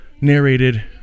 narrated